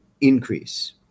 increase